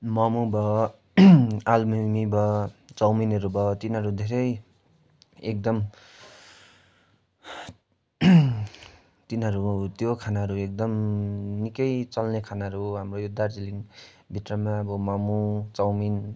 मोमो भयो आलु मिमी भयो चाउमिनहरू भयो तिनीहरू धेरै एकदम तिनीहरू त्यो खानाहरू एकदम निकै चल्ने खानाहरू हो हाम्रो यो दार्जिलिङभित्रमा अब मोमो चाउमिन